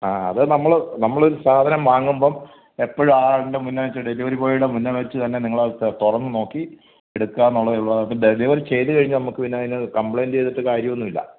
ആ അത് നമ്മള് നമ്മള് സാധനം വാങ്ങുമ്പോള് എപ്പോഴും ആളുടെ മുന്നെ വെച്ച് ഡെലിവറി ബോയിടെ മുന്നെ വച്ചുതന്നെ നിങ്ങളത് തുറന്നുനോക്കി എടുക്കാന്നുള്ളതേയുള്ളു ഡെലിവറി ചെയ്തുകഴിഞ്ഞാല് നമ്മള്ക്ക് പിന്നെ അതിന് കംപ്ലെയിൻറ്റെയ്തിട്ട് കാര്യമൊന്നുമില്ല